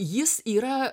jis yra